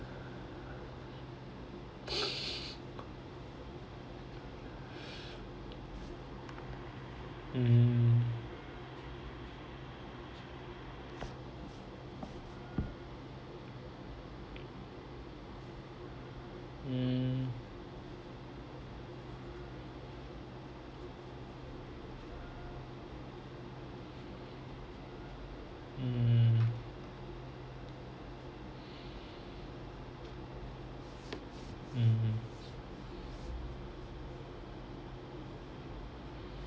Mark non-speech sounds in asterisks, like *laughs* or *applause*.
*laughs* mmhmm mm mm mmhmm